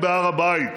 חבר הכנסת אזולאי,